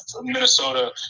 Minnesota